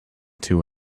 two